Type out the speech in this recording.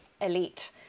elite